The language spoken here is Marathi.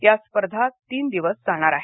या स्पर्धा तीन दिवस चालणार आहेत